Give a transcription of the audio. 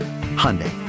Hyundai